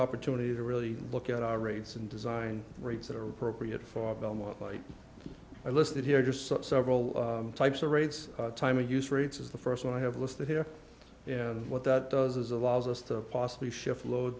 opportunity to really look at our rates and design rigs that are appropriate for belmont like i listed here just several types of raids time of use rates is the first one i have listed here and what that does is allows us to possibly shift load